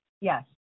Yes